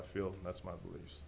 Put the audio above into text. i feel that's my beliefs